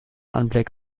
anblick